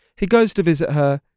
he goes to visit her.